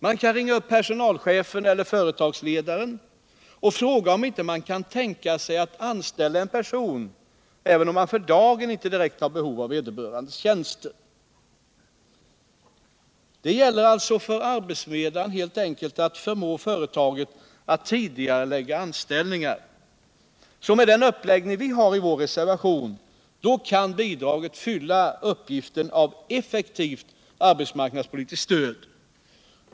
Man kan ringa upp personalchefen eller företagsledaren och fråga om de inte kan tänka sig att anställa en person, även om man för dagen inte direkt har behov av vederbörandes tjänster. Det gäller alltså för arbetsförmedlaren att helt enkelt förmå företaget att tidigarelägga anställningar. Med den uppläggning vi har i vår reservation kan bidraget fylla uppgiften att vara ett effektivt arbetsmarknadspolitiskt stöd.